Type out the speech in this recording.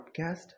Podcast